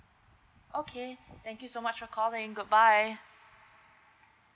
okay thank you so much for calling good bye